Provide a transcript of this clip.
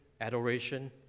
adoration